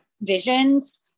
visions